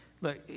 look